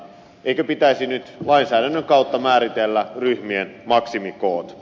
eikö pitäisi nyt lainsäädännön kautta määritellä ryhmien maksimikoot